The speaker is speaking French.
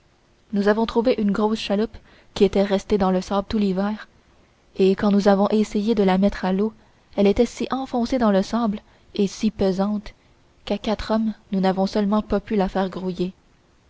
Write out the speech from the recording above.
nous avons trouvé une grosse chaloupe qui était restée dans le sable tout l'hiver et quand nous avons essayé de la mettre à l'eau elle était si enfoncée dans le sable et si pesante qu'à quatre hommes nous n'avons seulement pas pu la faire grouiller